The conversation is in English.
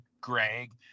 Greg